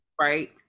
Right